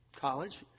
college